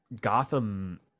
Gotham